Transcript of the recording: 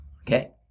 Okay